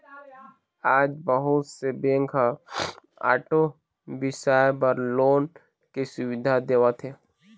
आज बहुत से बेंक ह आटो बिसाए बर लोन के सुबिधा देवत हे